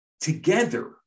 together